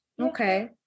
okay